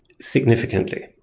significantly.